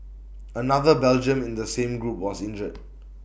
another Belgian in the same group was injured